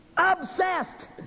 obsessed